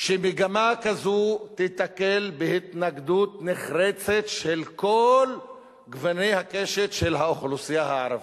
שמגמה כזאת תיתקל בהתנגדות נחרצת של כל גוני הקשת של האוכלוסייה הערבית.